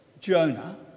Jonah